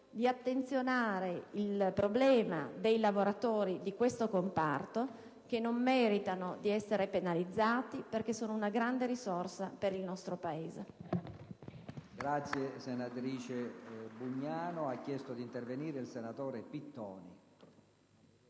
di considerare il problema dei lavoratori di questo comparto, che non meritano di essere penalizzati, perché sono una grande risorsa per il nostro Paese.